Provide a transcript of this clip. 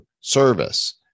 Service